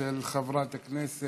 של חברת הכנסת